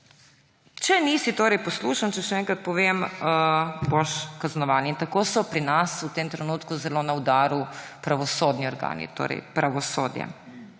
nisi poslušen, če še enkrat povem, boš kaznovan. In tako so pri nas v tem trenutku zelo na udaru pravosodni organi, torej pravosodje.